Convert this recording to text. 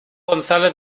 gonzález